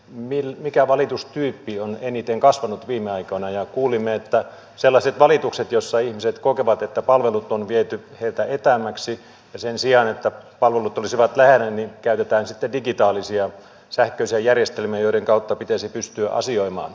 kysyimme mikä valitustyyppi on eniten kasvanut viime aikoina ja kuulimme että sellaiset valitukset joissa ihmiset kokevat että palvelut on viety heiltä etäämmäksi ja sen sijaan että palvelut olisivat lähellä käytetään sitten digitaalisia sähköisiä järjestelmiä joiden kautta pitäisi pystyä asioimaan